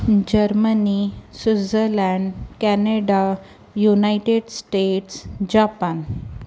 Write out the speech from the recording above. Germany Switzerland Canada United States Japan